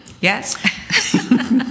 Yes